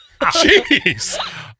Jeez